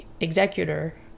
executor